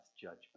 judgment